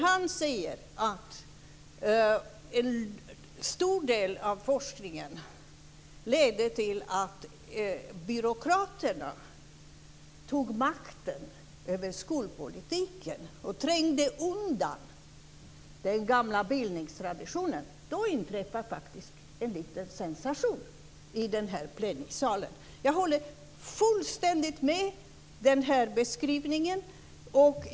Han säger att en stor del av forskningen ledde till att byråkraterna tog makten över skolpolitiken och trängde undan den gamla bildningstraditionen. Då inträffar faktiskt en liten sensation i den här plenisalen. Jag håller fullständigt med om den här beskrivningen.